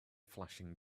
flashing